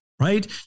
Right